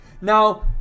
Now